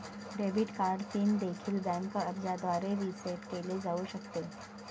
debit card pin देखील bank अर्जाद्वारे reset केले जाऊ शकते